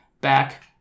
back